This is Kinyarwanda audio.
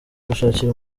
gushakira